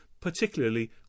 particularly